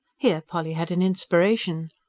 here polly had an inspiration.